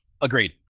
Agreed